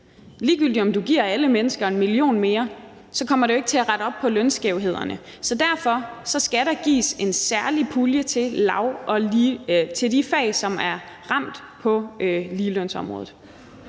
Ligegyldigt om du giver alle mennesker en million mere, kommer det jo ikke til at rette op på lønskævhederne. Derfor skal der gives en særlig pulje til de fag, som er ramt på ligelønsområdet.